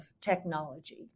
technology